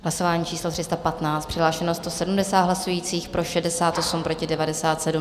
Hlasování číslo 315, přihlášeno 170 hlasujících, pro 68, proti 97.